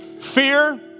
Fear